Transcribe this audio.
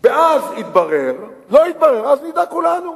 ואז יתברר, לא יתברר, אז נדע כולנו.